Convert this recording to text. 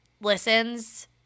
listens